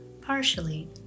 Partially